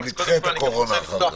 אנחנו נדחה את הקורונה לאחר כך.